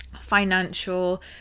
financial